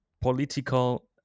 political